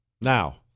Now